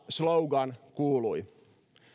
slogan kuului